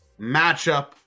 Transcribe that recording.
matchup